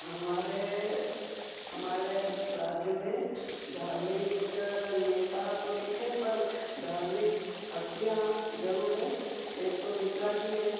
हमारे हमारे राज्य में धार्मिक नेता तो ठीक है पर धार्मिक हस्तियाँ जरूर हैं एक तो मिश्रा जी हैं